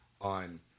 on